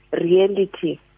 reality